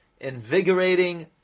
invigorating